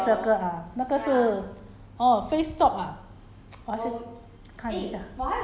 那个圆圆红色的粉红色 semicircle uh 那个是